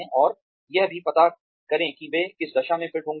और यह भी पता करें कि वे किस दिशा में फिट होंगे